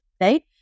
right